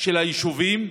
של היישובים.